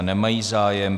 Nemají zájem.